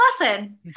lesson